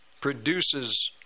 produces